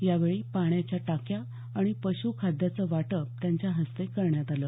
यावेळी पाण्याच्या टाक्या आणि पशू खाद्याचं वाटप त्यांच्या हस्ते करण्यात आलं